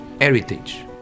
Heritage